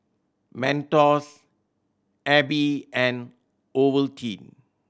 Mentos Aibi and Ovaltine